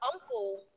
uncle